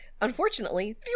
Unfortunately